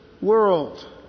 world